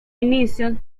inicios